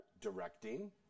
Directing